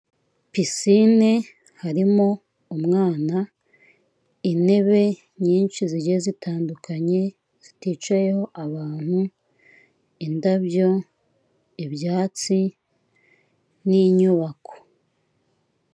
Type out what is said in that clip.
Pisine harimo umwana, intebe nyinshi zigiye zitandukanye ziticayeho abantu, indabyo, ibyatsi n'inyubako.